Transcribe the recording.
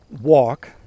walk